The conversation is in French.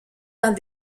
dans